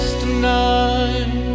tonight